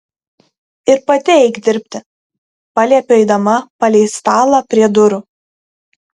ir pati eik dirbti paliepiu eidama palei stalą prie durų